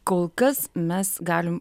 kol kas mes galim